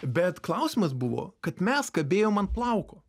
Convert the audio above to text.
bet klausimas buvo kad mes kabėjom ant plauko